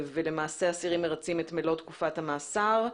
ולמעשה אסירים מרצים את מלוא תקופת המאסר.